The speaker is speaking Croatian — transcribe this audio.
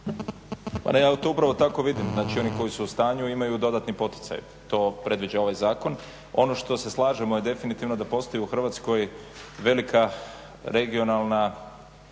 Pa ne, ja to upravo tako vidim. Znači, oni koji su u stanju imaju dodatni poticaj. To predviđa ovaj zakon. Ono što se slažemo je definitivno da postoji u Hrvatskoj velika regionalna